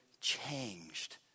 changed